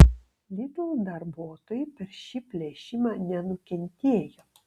lidl darbuotojai per šį plėšimą nenukentėjo